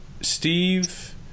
Steve